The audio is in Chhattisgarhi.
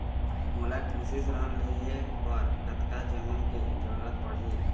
मोला कृषि ऋण लहे बर कतका जमीन के जरूरत पड़ही?